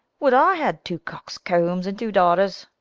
would i had two coxcombs and two daughters!